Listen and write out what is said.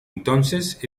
entonces